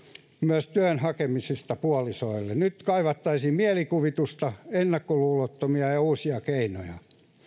myös työn hakemisessa puolisoille nyt kaivattaisiin mielikuvitusta ennakkoluulottomia ja uusia keinoja